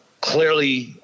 clearly